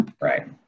right